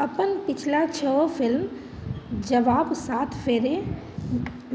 अपन पछिला छओ फिल्म जवाब सात फेरे